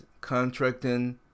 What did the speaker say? contracting